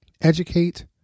Educate